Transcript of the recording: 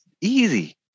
easy